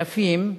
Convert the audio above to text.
אלפים,